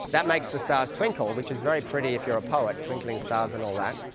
that makes the stars twinkle, which is very pretty if you're a poet, twinkling stars and all that,